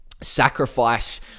Sacrifice